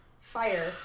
fire